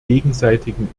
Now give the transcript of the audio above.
gegenseitigen